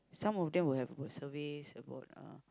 some of them will have will about surveys about uh